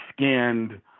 skinned